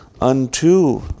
unto